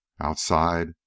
Outside